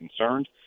concerned